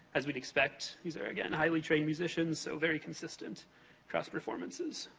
as we'd expect, these are again, highly-trained musicians, so, very consistent across performances.